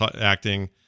acting